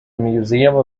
museum